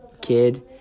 kid